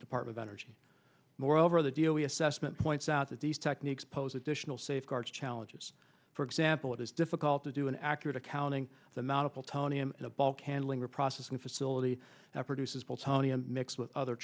department of energy moreover the daily assessment points out that these techniques pose additional safeguards challenges for example it is difficult to do an accurate accounting the amount of all tony and a bulk handling or processing facility that produces bills hony a mix with other